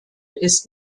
ist